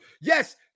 Yes